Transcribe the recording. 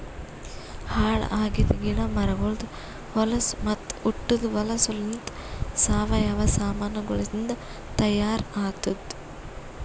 ಹಾಳ್ ಆಗಿದ್ ಗಿಡ ಮರಗೊಳ್ದು ಹೊಲಸು ಮತ್ತ ಉಟದ್ ಹೊಲಸುಲಿಂತ್ ಸಾವಯವ ಸಾಮಾನಗೊಳಿಂದ್ ತೈಯಾರ್ ಆತ್ತುದ್